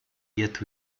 yet